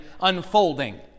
unfolding